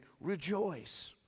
Rejoice